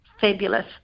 fabulous